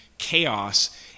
chaos